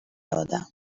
آدم